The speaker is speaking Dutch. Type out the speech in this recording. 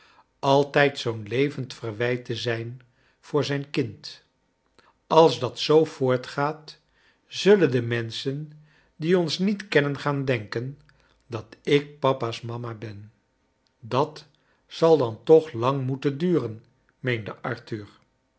altijd zoo'n levend verwijt te zijn voor zijn kind als dat zoo voortgaat zullen de menschen die ons niet kennen gaan denken dat ik papa's mama ben dat zal dan toch lang moeten duren meende arthur